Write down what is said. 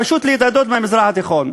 פשוט להתאדות מהמזרח התיכון.